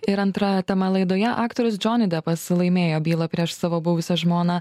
ir antra tema laidoje aktorius džoni depas laimėjo bylą prieš savo buvusią žmoną